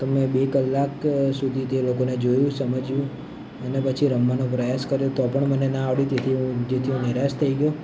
તો મેં બે કલાક સુધી તે લોકોને જોયું સમજ્યું અને રમવાનો પ્રયાસ કર્યો તો પણ મને ના આવડી તેથી હું હું નિરાશ થઈ ગ્યો